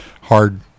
hard